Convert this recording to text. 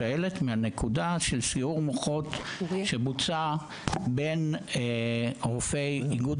השעלת מנקודת סיעור המוחות שבוצע בין רופאי איגוד